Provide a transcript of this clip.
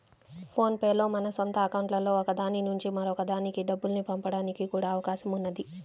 phone pay లో మన సొంత అకౌంట్లలో ఒక దాని నుంచి మరొక దానికి డబ్బుల్ని పంపడానికి కూడా అవకాశం ఉన్నది